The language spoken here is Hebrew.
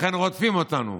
לכן רודפים אותנו.